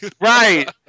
Right